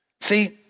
See